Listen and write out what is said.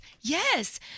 Yes